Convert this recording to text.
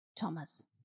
Thomas